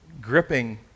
gripping